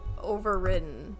Overridden